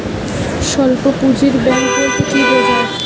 স্বল্প পুঁজির ব্যাঙ্ক বলতে কি বোঝায়?